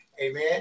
Amen